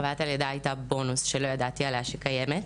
חוויית הלידה הייתה בונוס שלא ידעתי שהיא קיימת.